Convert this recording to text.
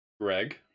Greg